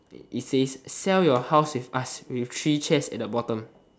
it says sell your houses with us with three chairs at the bottom